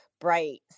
bright